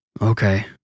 Okay